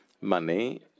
money